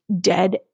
dead